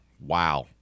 Wow